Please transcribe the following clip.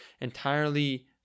entirely